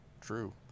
true